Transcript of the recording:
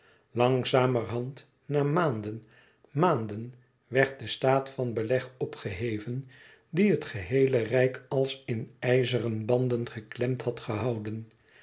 langzamerhand na maanden maanden werd de staat van beleg opgeheven die het geheele rijk als in ijzeren banden geklemd had gehouden